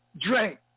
drink